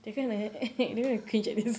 they're going to they're going to cringe at this